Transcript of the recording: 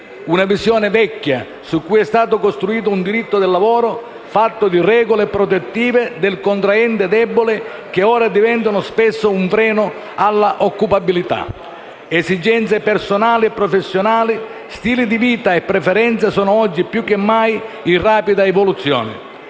una visione vecchia su cui è stato costruito un diritto del lavoro fatto di regole protettive del «contraente debole» che ora diventano spesso un freno all'occupabilità. Esigenze personali e professionali, stili di vita e preferenze sono oggi più che mai in rapida evoluzione.